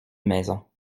maisons